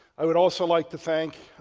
i would also like to thank